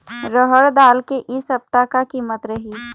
रहड़ दाल के इ सप्ता का कीमत रही?